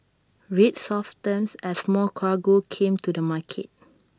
rates softened as more cargo came to the market